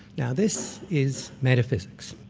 now this is metaphysics.